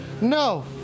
No